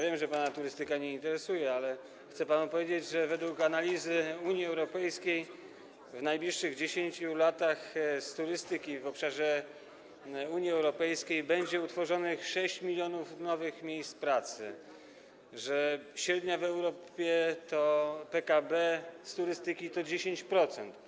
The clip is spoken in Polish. Wiem, że pana turystyka nie interesuje, ale chcę panu powiedzieć, że według analizy Unii Europejskiej w najbliższych 10 latach w turystyce na obszarze Unii Europejskiej będzie utworzonych 6 mln nowych miejsc pracy, że w Europie średni udział turystyki w PKB to 10%.